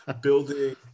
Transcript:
building